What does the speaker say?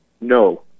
No